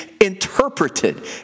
interpreted